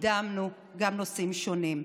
קידמנו נושאים שונים.